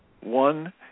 One